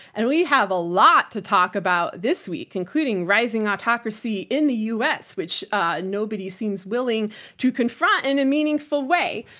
and we have a lot to talk about this week, including rising autocracy in the u. s, which nobody seems willing to confront in a meaningful way.